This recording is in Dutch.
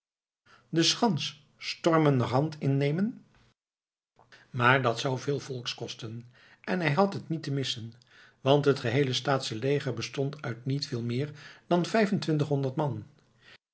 de schans stormenderhand innemen maar dat zou veel volks kosten en hij had het niet te missen want het geheele staatsche leger bestond uit niet veel meer dan vijfentwintighonderd man